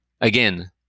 again